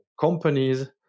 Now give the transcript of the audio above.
companies